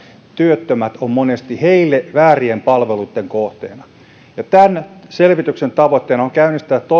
työttömät ovat monesti heille väärien palveluitten kohteena tämän selvityksen tavoitteena on käynnistää